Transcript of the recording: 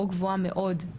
או גבוהה מאוד.